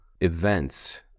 events